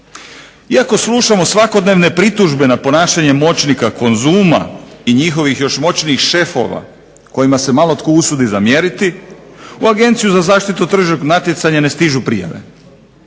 Iako slušamo svakodnevne pritužbe na ponašanje moćnika Konzuma, i njihovih još moćnijih šefova koima se malo tko usudi zamjeriti, u Agenciju za zaštitu tržišnog natjecanja ne stižu prijave,